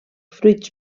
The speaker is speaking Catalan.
fruits